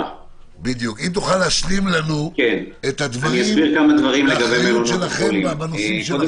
תוכל להשלים לנו את הדברים בנושאים שלכם?